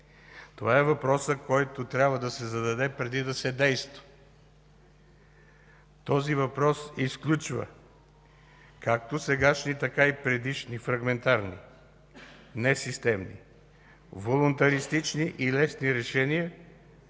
Това е въпросът, който трябва да се зададе преди да се действа. Този въпрос изключва както сегашни, така и предишни фрагментарни, несистемни, волунтаристични и лесни решения,